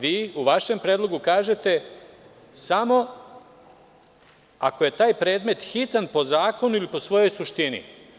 Vi u vašem predlogu kažete – samo ako je taj predmet hitan po zakonu ili po svojoj suštini.